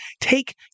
take